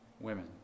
women